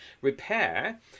repair